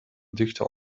dichter